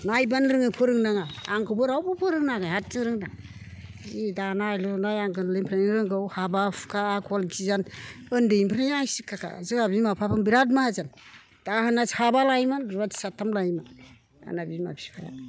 नायब्लानो रोङो फोरों नाङा आंखौबो रावबो फोरों नाङाखै हासिं रोंदां जि दानाय लुनाय आं गोरलैनिफ्रायनो रोंगौ हाबा हुखा आखल गियान उन्दैनिफ्रायनो आं सिख्खा जोंना बिमा बिफाबो बिराद माहाजोन दाहोना साबा लायोमोन रुवाथि साथाम लायोमोन आंना बिमा बिफाया